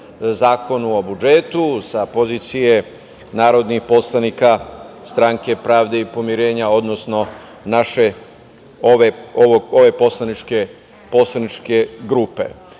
Zakonu o budžetu sa pozicije narodnih poslanika Stranke pravde i pomirenja, odnosno naše poslaničke